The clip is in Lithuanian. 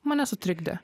mane sutrikdė